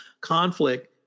conflict